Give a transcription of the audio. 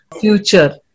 future